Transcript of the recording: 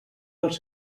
dels